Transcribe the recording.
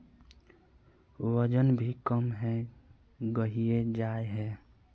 वजन भी कम है गहिये जाय है?